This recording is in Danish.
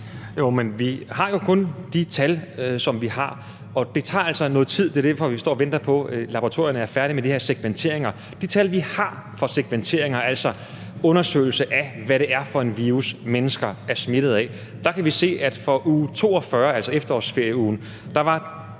tid – det er derfor, vi står og venter på, at laboratorierne er færdige med de her segmenteringer. Af de tal, vi har for segmenteringer, altså undersøgelser af, hvad det er for en virus, mennesker er smittet af, kan vi se, at for uge 42, altså efterårsferieugen